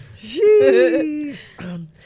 Jeez